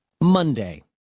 Monday